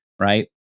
right